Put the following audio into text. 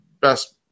best